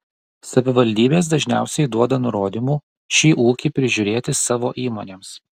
savivaldybės dažniausiai duoda nurodymų šį ūkį prižiūrėti savo įmonėms